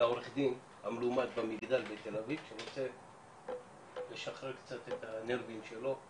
לעורך דין המלומד במגדל בתל אביב שרוצה לשחרר קצת את האנרגיות שלו.